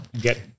get